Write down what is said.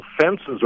fences